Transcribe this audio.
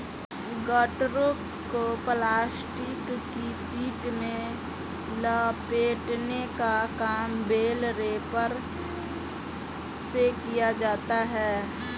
गट्ठरों को प्लास्टिक की शीट में लपेटने का काम बेल रैपर से किया जाता है